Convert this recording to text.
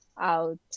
out